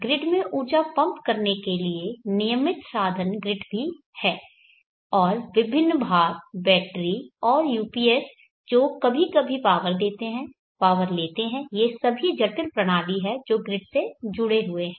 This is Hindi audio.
ग्रिड में ऊर्जा पंप करने के लिए नियमित साधन ग्रिड भी है और फिर विभिन्न भार बैटरी और UPS जो कभी कभी पावर देते हैं पावर लेते हैं ये सभी जटिल प्रणाली हैं जो ग्रिड से जुड़े हैं